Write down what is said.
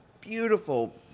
beautiful